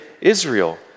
Israel